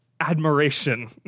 admiration